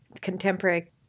contemporary